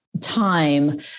time